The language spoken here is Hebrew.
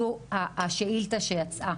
זו השאילתה שיצאה.